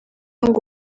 ngo